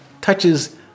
touches